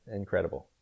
incredible